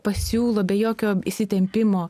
pasiūlo be jokio įsitempimo